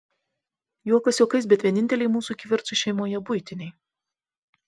juokas juokais bet vieninteliai mūsų kivirčai šeimoje buitiniai